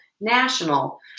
national